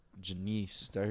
Janice